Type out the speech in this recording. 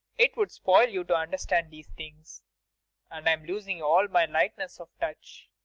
it would spoil you to understand these things and i'm losing all my lightness of touch.